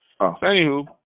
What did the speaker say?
Anywho